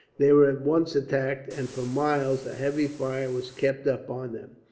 they were once attacked, and for miles a heavy fire was kept up on them.